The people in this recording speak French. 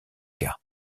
cas